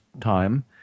time